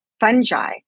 Fungi